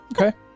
okay